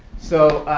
so,